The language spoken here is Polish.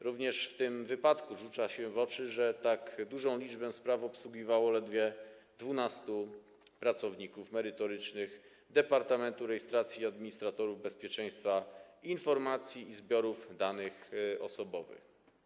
Również w tym wypadku rzuca się w oczy, że tak dużą liczbę spraw obsługiwało ledwie 12 pracowników merytorycznych Departamentu Rejestracji Administratorów Bezpieczeństwa Informacji i Zbiorów Danych Osobowych.